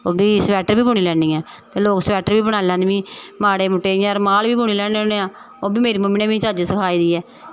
ओह् बी स्वेटर बी बुनी लैन्नी आं ते लोग स्वेटर बी बनाई लैंदे मिगी माड़े मुट्टे रुमाल बी बुनी लैन्ने आं ओह्बी मेरी मम्मी नै मिगी चज्ज सखाई दी ऐ